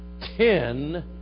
Ten